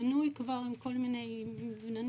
בנוי כבר עם כל מיני בניינים.